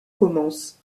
commence